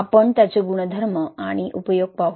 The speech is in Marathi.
आपण त्याचे गुणधर्म आणि उपयोग पाहू